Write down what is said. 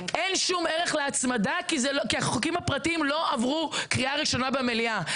אין שום ערך להצמדה כי החוקים הפרטיים לא עברו קריאה ראשונה במליאה.